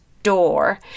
door